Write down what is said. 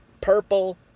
purple